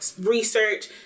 research